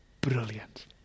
brilliant